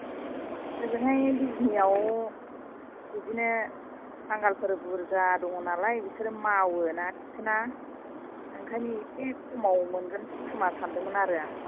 होजोंहाय बिजनिआव बिदिनो बांगालफोर बुरजा दङ नालाय बिसोर मावो ना थिखोना ओंखायनो एसे खमाव मोनगोन खोमा सानदोंमोन आरो आं